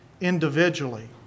individually